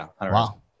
wow